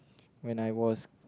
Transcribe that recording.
when I was